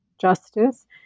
justice